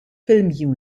film